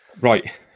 Right